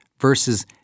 versus